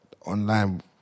online